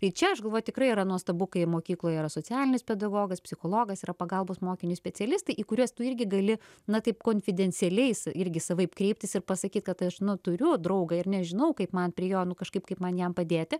tai čia aš galvoju tikrai yra nuostabu kai mokykloje yra socialinis pedagogas psichologas yra pagalbos mokiniui specialistai į kuriuos tu irgi gali na taip konfidencialiai irgi savaip kreiptis ir pasakyti kad aš turiu draugą ir nežinau kaip man prie jo nu kažkaip kaip man jam padėti